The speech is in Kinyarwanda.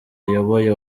ayoboye